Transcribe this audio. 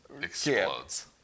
explodes